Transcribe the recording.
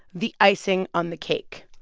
the icing on the cake.